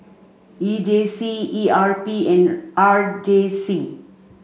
E J C E R P and R J C